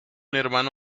hermano